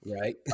Right